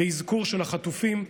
באזכור של החטופים.